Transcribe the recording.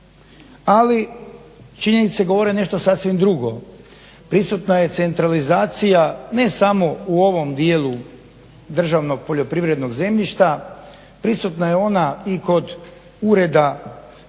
Ali činjenice govore nešto sasvim drugo. Prisutna je centralizacija ne samo u ovom dijelu državnog poljoprivrednog zemljišta. Prisutna je ona i kod Ureda